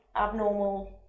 abnormal